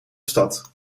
stad